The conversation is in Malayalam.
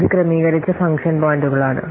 ഇത് ക്രമീകരിച്ച ഫംഗ്ഷൻ പോയിന്റുകളാണ്